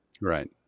Right